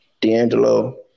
D'Angelo